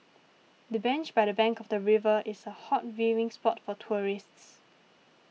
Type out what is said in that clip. the bench by the bank of the river is a hot viewing spot for tourists